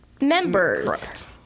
members